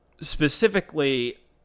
Specifically